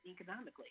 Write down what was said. economically